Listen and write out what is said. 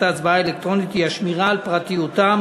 ההצבעה האלקטרונית הוא השמירה על פרטיותם